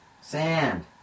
Sand